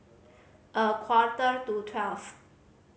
a quarter to twelve